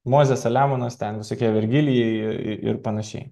mozė saliamonas ten visokie vergilijai ir panašiai